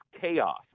chaos